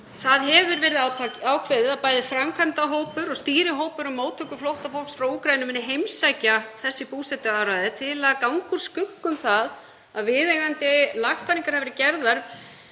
Það hefur verið ákveðið að bæði framkvæmdahópur og stýrihópur um móttöku flóttafólks frá Úkraínu muni heimsækja þessi búsetuúrræði til að ganga úr skugga um að viðeigandi lagfæringar hafi verið